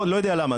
לא יודע למה,